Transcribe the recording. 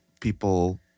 people